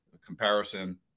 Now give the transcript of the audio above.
comparison